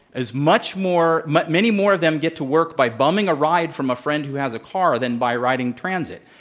is much more many more of them get to work by bumming a ride from a friend who has a car than by riding transit.